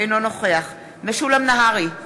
אינו נוכח משולם נהרי,